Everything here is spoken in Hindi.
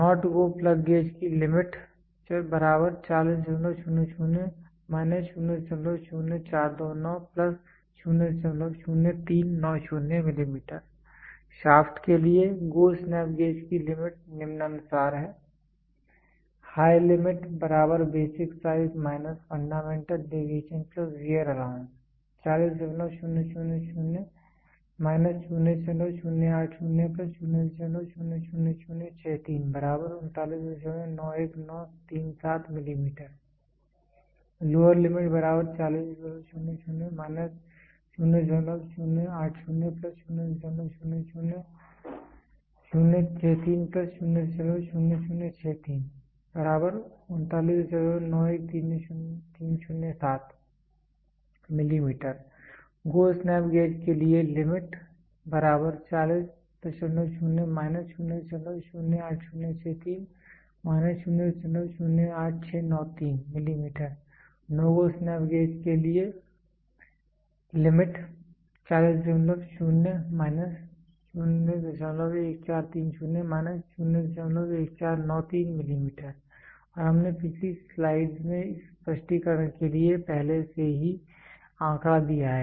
नॉट गो प्लग गेज की लिमिट mm शाफ़्ट के लिए गो स्नैप गेज की लिमिट निम्नानुसार है high limit basic size - fundamental deviation wear allowance 4000 - 0080 000063 3991937 mm lower limit 4000 - 0080 000063 00063 3991307 mm go snap gauge के लिए limit mm no go snap gauge के लिए लिमिट mm और हमने पिछली स्लाइड्स में इस स्पष्टीकरण के लिए पहले से ही आंकड़ा दिया है